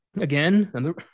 Again